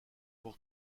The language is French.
pour